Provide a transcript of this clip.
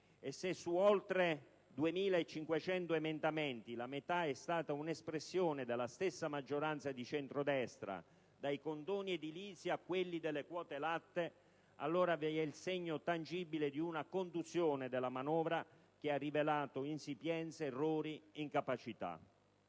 e se su oltre 2.500 emendamenti la metà è stata un'espressione della stessa maggioranza di centrodestra (dai condoni edilizia a quelli delle quote latte), allora vi è il segno tangibile di una conduzione della manovra che ha rivelato insipienze, errori e incapacità.